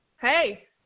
Hey